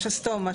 השסתום.